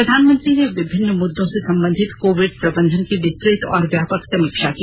प्रधानमंत्री ने विभिन्न मुद्दों से संबंधित कोविड प्रबंधन की विस्तृत और व्यापक समीक्षा की